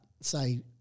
say